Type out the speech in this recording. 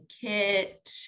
Kit